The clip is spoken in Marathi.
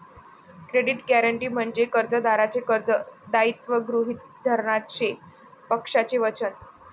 क्रेडिट गॅरंटी म्हणजे कर्जदाराचे कर्ज दायित्व गृहीत धरण्याचे पक्षाचे वचन